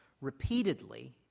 repeatedly